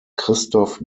christoph